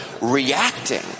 reacting